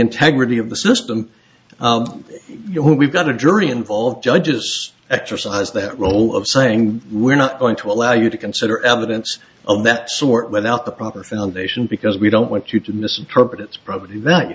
integrity of the system we've got a jury involved judges exercise that role of saying we're not going to allow you to consider evidence of that sort without the proper foundation because we don't want you to misinterpret it probably